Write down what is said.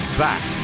back